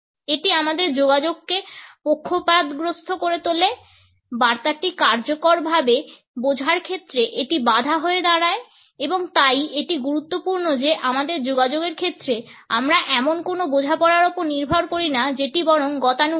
এটি আমাদের যোগাযোগকে পক্ষপাতগ্রস্থ করে তোলে বার্তাটি কার্যকর ভাবে বোঝার ক্ষেত্রে একটি বাধা হয়ে দাঁড়ায় এবং তাই এটি গুরুত্বপূর্ণ যে আমাদের যোগাযোগের ক্ষেত্রে আমরা এমন কোনো বোঝাপড়ার উপর নির্ভর করি না যেটি বরং গতানুগতিক